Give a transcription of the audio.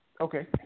Okay